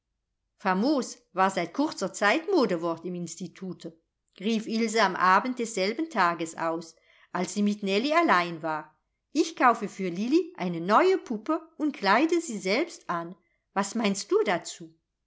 famos war seit kurzer zeit modewort im institute rief ilse am abend desselben tages aus als sie mit nellie allein war ich kaufe für lilli eine neue puppe und kleide sie selbst an was meinst du dazu